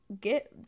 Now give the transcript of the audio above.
get